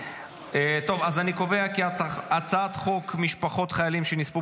אז אני קובע כי הצעת חוק משפחות חיילים שנספו